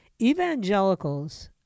Evangelicals